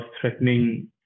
threatening